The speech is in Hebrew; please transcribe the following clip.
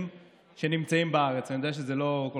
כנסת נכבדה ולא מנומסת, שלוש דקות.